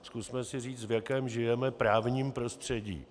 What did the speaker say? Zkusme si říct, v jakém žijeme právním prostředí.